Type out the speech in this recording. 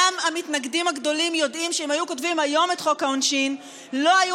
גם המתנגדים הגדולים יודעים שאם היו כותבים היום את חוק העונשין לא היו